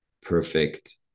perfect